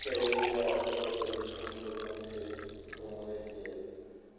ছেড়েই যে এত বড়ো পরিভ্রম করলাম সেই ভ্রমণের যে